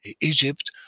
Egypt